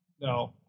No